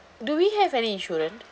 do we have any insurance